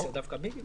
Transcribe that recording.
זה דווקא (10).